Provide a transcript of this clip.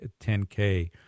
10K